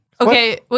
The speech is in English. Okay